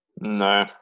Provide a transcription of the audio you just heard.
no